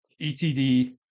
etd